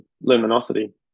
luminosity